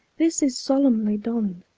this is solemnly donned,